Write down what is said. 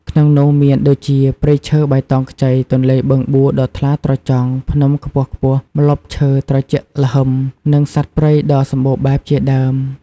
ក្នុងនោះមានដូចជាព្រៃឈើបៃតងខ្ចី ទន្លេបឹងបួដ៏ថ្លាត្រចង់ ភ្នំខ្ពស់ៗ ម្លប់ឈើត្រជាក់ល្ហឹម និងសត្វព្រៃដ៏សម្បូរបែបជាដើម។